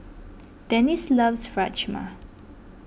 Dennis loves Rajma